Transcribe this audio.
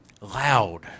loud